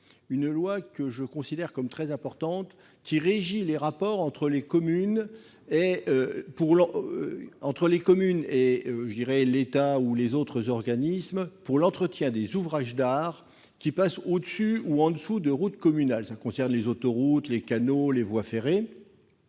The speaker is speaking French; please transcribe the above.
Cette loi, que je considère comme très importante, régit les rapports entre les communes, l'État et un certain nombre d'organismes pour l'entretien des ouvrages d'art situés au-dessus ou en dessous de routes communales : cela concerne les autoroutes, les canaux, les voies ferrées.